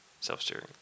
self-steering